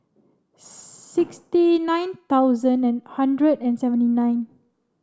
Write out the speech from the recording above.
sixty nine thousand and hundred and seventy nine